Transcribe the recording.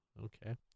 Okay